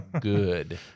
good